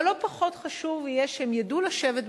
אבל לא פחות חשוב שהם ידעו לשבת בשיעור,